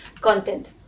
content